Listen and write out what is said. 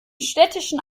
städtischen